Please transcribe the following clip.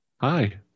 Hi